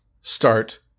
start